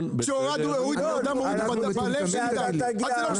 כשאתה מוריד --- אל תיקח